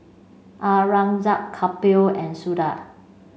Aurangzeb Kapil and Suda